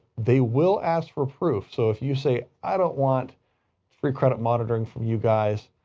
they will ask for proof. so if you say, i don't want free credit monitoring from you guys,